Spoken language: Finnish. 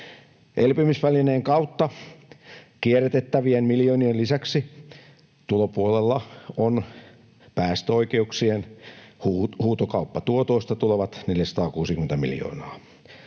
Elpymisvälineen kautta kierrätettävien miljoonien lisäksi tulopuolella on päästöoikeuksien huutokauppatuotoista tulevat 460 miljoonaa.